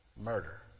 murder